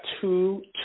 two